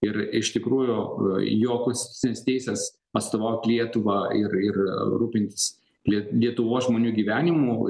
ir iš tikrųjų jo konstitucinės teisės atstovaut lietuvą ir ir rūpintis lie lietuvos žmonių gyvenimu